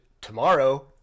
Tomorrow